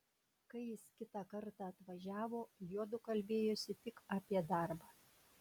kai jis kitą kartą atvažiavo juodu kalbėjosi tik apie darbą